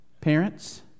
Parents